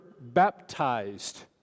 baptized